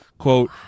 Quote